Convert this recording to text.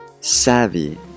Savvy